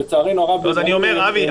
לצערנו הרב --- אבי.